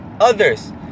others